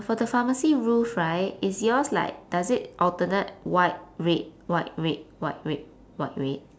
for the pharmacy roof right is yours like does it alternate white red white red white red white red